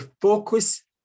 focus